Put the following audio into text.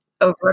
over